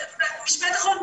משפט אחרון.